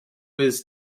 his